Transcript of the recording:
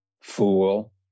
fool